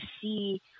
see